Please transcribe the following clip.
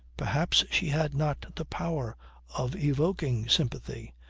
perhaps she had not the power of evoking sympathy,